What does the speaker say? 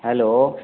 hello